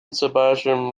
sebastian